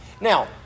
Now